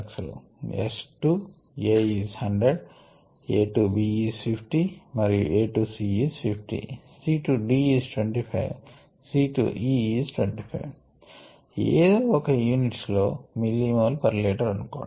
S to A is 100 A to B is మరియు A to C is 50 మరియు C to D is 25 C to E is 25 ఎదో ఒక units లో millimole litre అనుకొండి